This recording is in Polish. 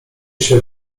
się